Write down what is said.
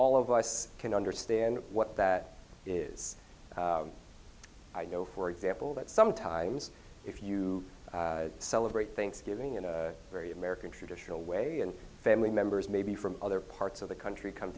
us can understand what that is i know for example that sometimes if you celebrate thanksgiving in a very american traditional way and family members maybe from other parts of the country come